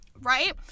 Right